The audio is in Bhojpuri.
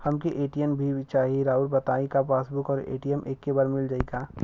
हमके ए.टी.एम भी चाही राउर बताई का पासबुक और ए.टी.एम एके बार में मील जाई का?